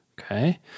Okay